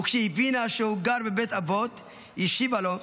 וכשהיא הבינה שהוא גר בבית אבות השיבה לו: